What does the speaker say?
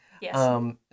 Yes